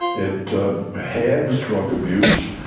it halves drug abuse,